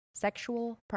sexual